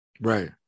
right